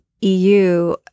EU